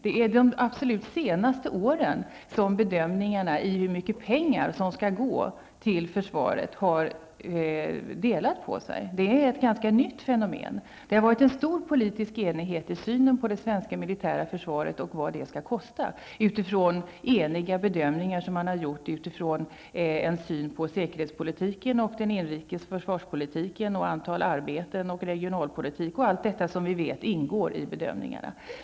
Det är under de absolut senaste åren som bedömningarna av hur mycket pengar som skall gå till försvaret har blivit delade. Detta är ett ganska nytt fenomen. Det har varit en stor politisk enighet i synen på det svenska militära försvaret och om vad det skall kosta. Det har varit eniga bedömningar med utgångspunkt i en viss syn på utrikespolitiken, inrikes försvarspolitik, antalet arbeten, regionalpolitik m.m. som ingår i bedömningarna.